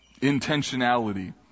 intentionality